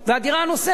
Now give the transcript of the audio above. הדירה הנוספת,